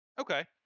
Okay